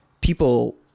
people